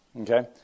okay